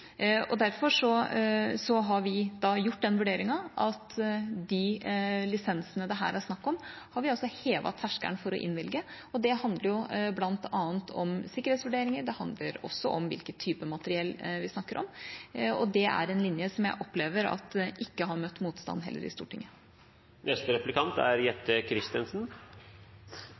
Derfor har vi gjort den vurderingen at de lisensene det her er snakk om, har vi hevet terskelen for å innvilge, og det handler bl.a. om sikkerhetsvurderinger. Det handler også om hvilken type materiell vi snakker om, og det er en linje som jeg opplever heller ikke har møtt motstand i Stortinget.